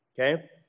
Okay